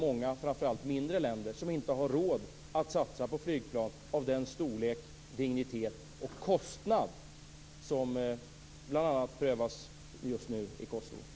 Många, framför allt mindre, länder har inte råd att satsa på flygplan av den storlek, dignitet och kostnad som bl.a. prövas just nu i Kosovo.